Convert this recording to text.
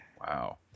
Wow